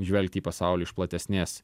žvelgti į pasaulį iš platesnės